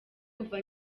kuva